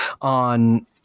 on